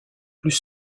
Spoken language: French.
plus